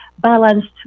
balanced